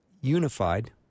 unified